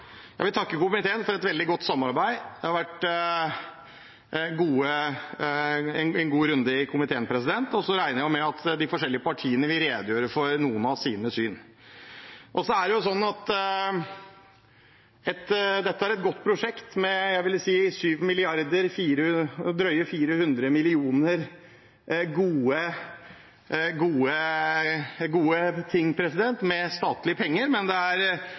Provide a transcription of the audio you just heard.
Jeg vil takke komiteen for et veldig godt samarbeid. Det har vært en god runde i komiteen, og jeg regner med at de forskjellige partiene vil redegjøre for sine syn. Dette er et godt prosjekt, med 7 milliarder og drøye 400 millioner i statlige penger. Så er det 3,9 mrd. kr gjennom bompenger, som ikke er